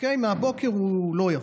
מהבוקר הוא לא יבוא,